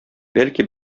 бәлки